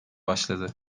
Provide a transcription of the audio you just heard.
başladı